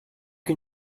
can